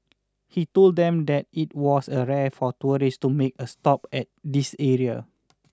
he told them that it was a rare for tourists to make a stop at this area